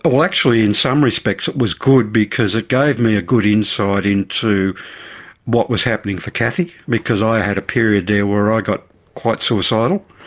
but actually in some respects it was good because it gave me a good insight into what was happening for cathy, because i had a period there where i got quite suicidal.